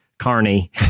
Carney